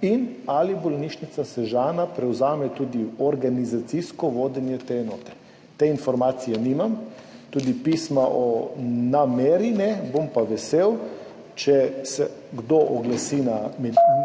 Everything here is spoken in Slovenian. in ali bolnišnica Sežana prevzame tudi organizacijsko vodenje te enote. Te informacije nimam, tudi pisma o nameri ne, bom pa vesel, če se kdo oglasi na